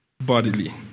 bodily